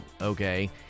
okay